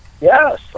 yes